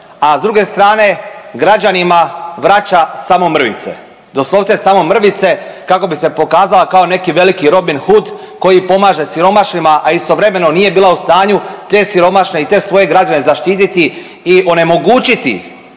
a s druge strane građanima vraća samo mrvice. Doslovce samo mrvice kako bi se pokazala kao neki veliki Robin Hood koji pomaže siromašnima, a istovremeno nije bila u stanju te siromašne i te svoje građane zaštiti i onemogućiti